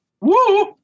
Woo